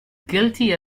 guilty